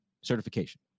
certification